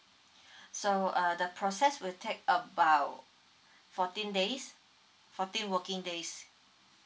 so uh the process will take about fourteen days fourteen working days